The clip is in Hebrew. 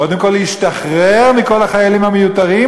קודם כול להשתחרר מכל החיילים המיותרים,